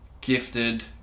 gifted